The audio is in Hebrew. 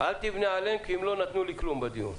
אל תבנה עליהם כי הם לא נתנו לי כלום בדיון.